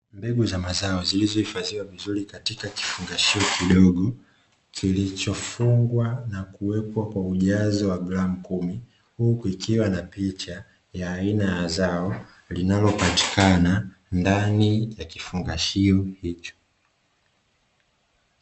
Mbegu za mazao zilizohifadhiwa vizuri katika kifungashio kidogo, kilichofungwa na kuwekwa kwa ujazo wa gramu kumi, huku ikiwa na picha ya aina ya zao linalopatikana ndani ya kifungashio hicho.